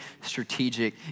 strategic